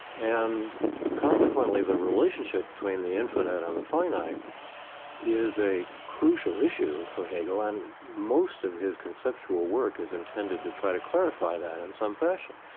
and consequently the relationship between the infinite and the finite is a crucial issue for hegel, and most of his conceptual work is intended to try to clarify that in some fashion.